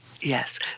Yes